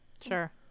sure